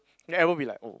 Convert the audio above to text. then everyone will be like oh